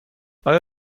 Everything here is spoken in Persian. آیا